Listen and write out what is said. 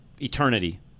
eternity